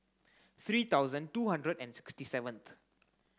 three thousand two hundred and sixty seventh